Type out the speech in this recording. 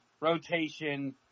rotation